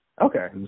Okay